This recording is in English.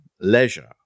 leisure